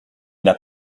n’a